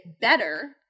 better